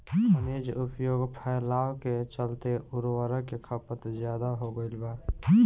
खनिज उपयोग फैलाव के चलते उर्वरक के खपत ज्यादा हो गईल बा